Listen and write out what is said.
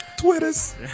Twitters